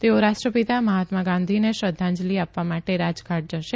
તેઓ રાષ્ટ્ર તા મહાત્મા ગાંધીને શ્રધ્ધાં લી આ વા માટે રા ઘાટ શે